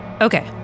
Okay